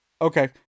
Okay